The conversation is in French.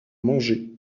mangé